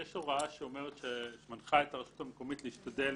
יש הוראה שמנחה את הרשות המקומית להשתדל